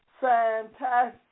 fantastic